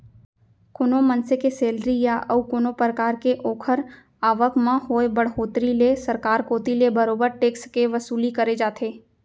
कोनो मनसे के सेलरी या अउ कोनो परकार के ओखर आवक म होय बड़होत्तरी ले सरकार कोती ले बरोबर टेक्स के वसूली करे जाथे